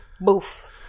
Boof